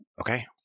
Okay